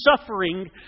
suffering